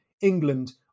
England